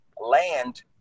Land